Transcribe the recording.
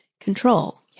control